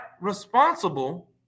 responsible